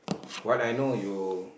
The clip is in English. what I know you